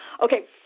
Okay